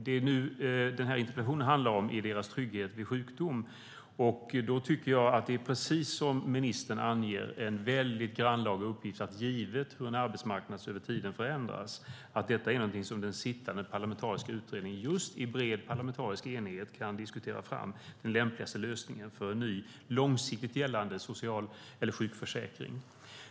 Det som denna interpellation handlar om är timvikariernas trygghet vid sjukdom. Då tycker jag att det, precis som ministern anger, är en mycket grannlaga uppgift. Givet hur en arbetsmarknad förändras över tiden är detta någonting som den sittande parlamentariska utredningen i bred parlamentarisk enighet kan diskutera fram den lämpligaste lösningen för, nämligen en ny långsiktigt gällande sjukförsäkring.